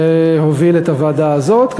להוביל את הוועדה הזאת.